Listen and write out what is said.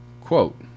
quote